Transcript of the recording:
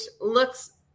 looks